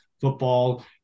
football